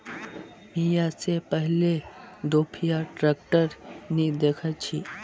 मी या से पहले दोपहिया ट्रैक्टर नी देखे छी